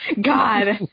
God